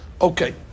Okay